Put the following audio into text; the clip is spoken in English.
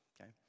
okay